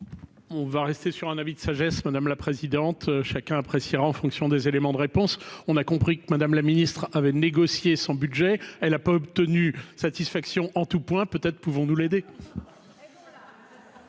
On va rester sur un avis de sagesse, madame la présidente, chacun appréciera en fonction des éléments de réponse, on a compris que Madame la ministre avait négocié son budget, elle a pas obtenu satisfaction en tous points, peut-être pouvons-nous l'aider.